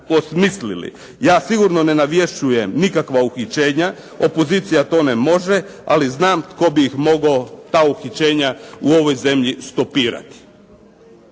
Ja sigurno ne navješćujem nikakva uhićenja, opozicija to ne može, ali znam tko bi ih mogao, ta uhićenja, u ovoj zemlji stopirati.